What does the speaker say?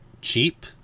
cheap